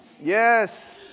yes